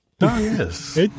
yes